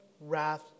wrath